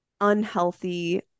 unhealthy